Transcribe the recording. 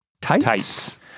Tights